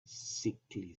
sickly